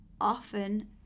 Often